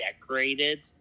decorated